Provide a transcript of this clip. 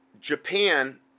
Japan